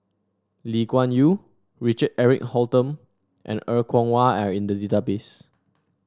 Lee Kuan Yew Richard Eric Holttum and Er Kwong Wah are in the database